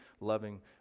loving